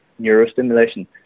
neurostimulation